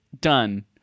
Done